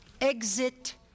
Exit